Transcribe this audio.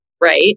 right